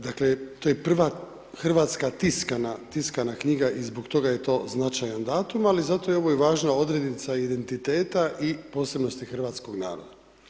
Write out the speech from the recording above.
Dakle, to je prva hrvatska tiskana knjiga i zbog toga je to značajan datum ali zato je evo i važna odrednica identiteta i posebnosti hrvatskog naroda.